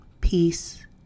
peace